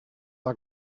are